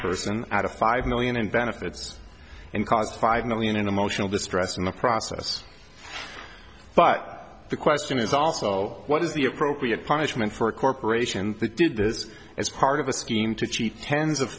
person out of five million in benefits and cost five million in emotional distress in the process but the question is also what is the appropriate punishment for a corporation that did this as part of a scheme to cheat tens of